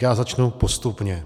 Já začnu postupně.